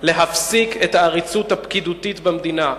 נדירה להפסיק את העריצות הפקידותית במדינה.